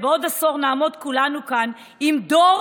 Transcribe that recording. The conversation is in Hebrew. ובעוד עשור נעמוד כולנו כאן עם דור